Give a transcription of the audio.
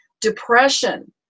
depression